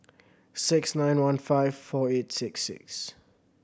six nine one five four eight six six